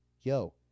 Yo